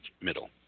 middle